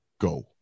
go